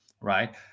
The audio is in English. right